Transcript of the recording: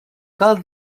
cal